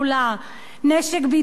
נשק בידי השלטון,